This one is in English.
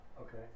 okay